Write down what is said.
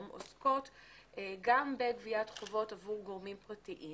עוסקות גם בגביית חובות עבור גורמים פרטיים